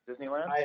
Disneyland